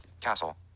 Castle